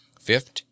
fifth